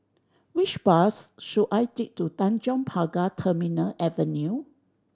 which bus should I take to Tanjong Pagar Terminal Avenue